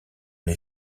les